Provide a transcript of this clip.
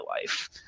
life